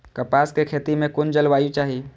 कपास के खेती में कुन जलवायु चाही?